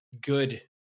good